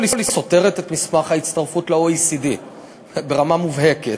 סותרת את מסמך ההצטרפות ל-OECD ברמה מובהקת.